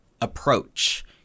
approach